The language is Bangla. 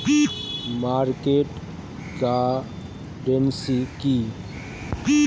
মার্কেট গার্ডেনিং কি?